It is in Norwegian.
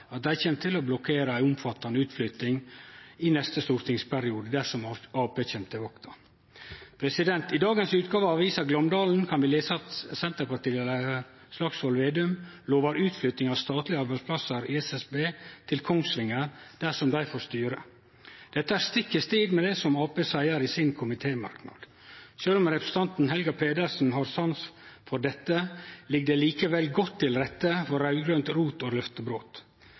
at dei kjem til å blokkere ei omfattande utflytting i neste stortingsperiode dersom Arbeidarpartiet kjem til makta. I dagens utgåve av avisa Glåmdalen kan vi lese at Senterparti-leiar Slagsvold Vedum lovar utflytting av statlege arbeidsplassar i SSB til Kongsvinger dersom dei får styre. Dette er stikk i strid med det som Arbeidarpartiet seier i komitémerknaden sin. Sjølv om representanten Helga Pedersen har sans for dette, ligg det likevel godt til rette for raud-grønt rot og